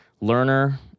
learner